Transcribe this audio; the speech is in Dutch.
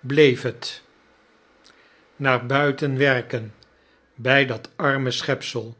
bleef het juffrouw lirriper en hare commensalen naar buiten werken by dat arme schepsel